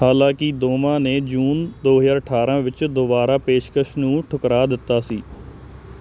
ਹਾਲਾਂਕਿ ਦੋਵਾਂ ਨੇ ਜੂਨ ਦੋ ਹਜ਼ਾਰ ਅਠਾਰਾਂ ਵਿੱਚ ਦੋਬਾਰਾ ਪੇਸ਼ਕਸ਼ ਨੂੰ ਠੁਕਰਾ ਦਿੱਤਾ ਸੀ